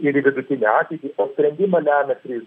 ir į vidutinę ateitį o sprendimą lemia trys